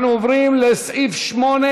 אנחנו עוברים לסעיף 8,